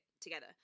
together